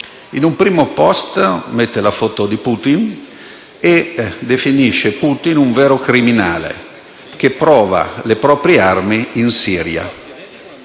In un primo *post* mette la foto di Putin e lo definisce un vero criminale che prova le proprie armi in Siria.